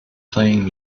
playing